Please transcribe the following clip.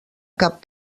cap